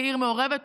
כעיר מעורבת,